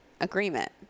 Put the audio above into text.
agreement